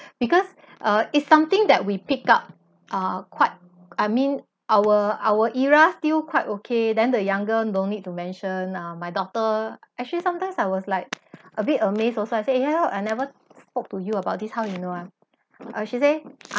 because uh it's something that we picked up uh quite I mean our our era still quite okay then the younger don't need to mention ah my daughter actually sometimes I was like a bit amazed also I say hel I never spoke to you about this how you know ah uh she say